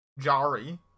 Jari